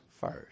first